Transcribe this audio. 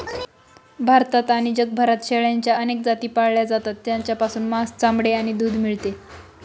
भारतात आणि जगभरात शेळ्यांच्या अनेक जाती पाळल्या जातात, ज्यापासून मांस, चामडे आणि दूध मिळते